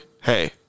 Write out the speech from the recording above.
hey